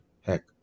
Heck